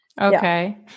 Okay